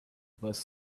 bus